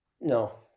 no